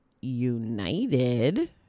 united